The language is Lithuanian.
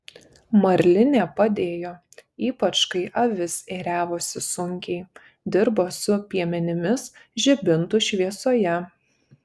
marlinė padėjo ypač kai avis ėriavosi sunkiai dirbo su piemenimis žibintų šviesoje